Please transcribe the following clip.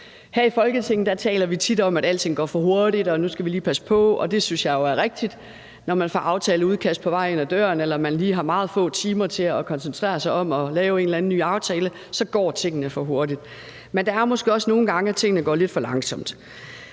Her i Folketinget taler vi tit om, at alting går for hurtigt, og at nu skal vi lige passe på, og det synes jeg jo er rigtigt. Når man får et aftaleudkast på vej ind ad døren, eller man lige har meget få timer til at koncentrere sig om at lave en eller anden ny aftale, går tingene for hurtigt. Men der er måske også nogle gange, at tingene går lidt for langsomt.